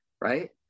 right